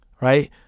Right